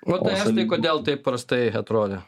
o tai estai kodėl taip prastai atrodė